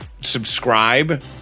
subscribe